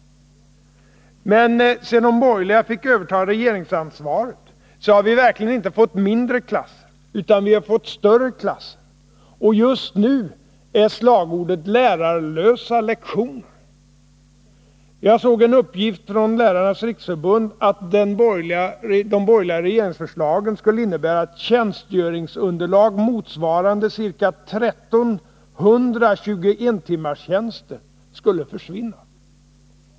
Men sedan de borgerliga fick överta regeringsansvaret har vi verkligen inte fått mindre klasser, utan vi har fått större klasser. Just nu är slagordet lärarlösa lektioner. Jag såg en uppgift från Lärarnas riksförbund, att den borgerliga regeringens olika förslag skulle innebära att tjänstgöringsunderlag motsvarande ca 1 300 21-timmarstjänster skulle försvinna.